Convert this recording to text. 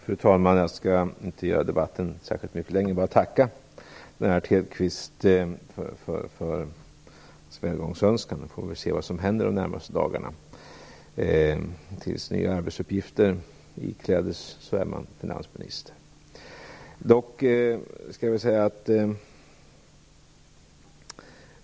Fru talman! Jag skall inte göra debatten särskilt mycket längre. Jag vill bara tacka Lennart Hedquist för hans välgångsönskan. Vi får se vad som händer de närmaste dagarna. Tills jag ikläder mig nya arbetsuppgifter är jag finansminister.